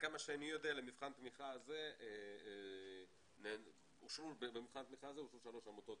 למבחן התמיכה הזה אושרו שלוש עמותות